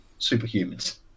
superhumans